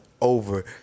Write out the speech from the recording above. over